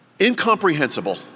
incomprehensible